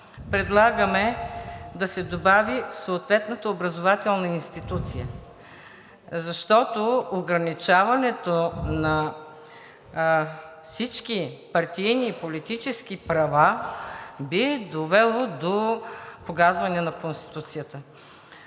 предлагаме да се добави „в съответната образователна институция“, защото ограничаването на всички партийни и политически права би довело до погазване на Конституцията.